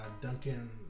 Duncan